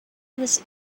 was